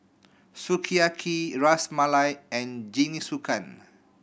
Sukiyaki Ras Malai and Jingisukan